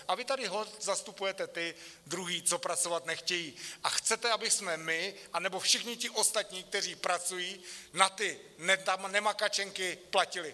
A vy tady holt zastupujete ty druhé, co pracovat nechtějí, a chcete, abychom my anebo všichni ti ostatní, kteří pracují, na ty nemakačenky platili.